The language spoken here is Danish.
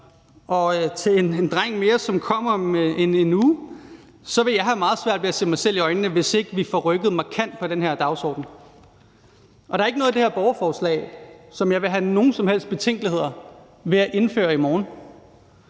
og til en dreng mere, som kommer om en uge, så vil jeg have meget svært ved at se mig selv i øjnene, hvis ikke vi får rykket markant på den her dagsorden. Der er ikke noget i det her borgerforslag, som jeg ville have nogen som helst betænkeligheder ved at indføre i morgen.